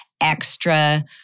extra